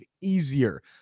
easier